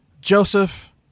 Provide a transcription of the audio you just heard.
Joseph